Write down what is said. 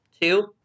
two